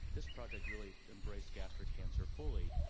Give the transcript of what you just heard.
this project really embraced gastric cancer fully.